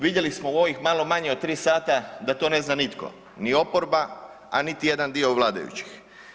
Vidjeli smo u ovih malo manje od 3 sata da to ne zna nitko, ni oporba, a niti jedan dio vladajućih.